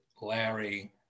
Larry